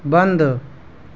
بند